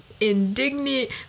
indignant